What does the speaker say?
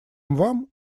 вам